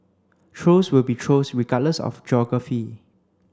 trolls will be trolls regardless of geography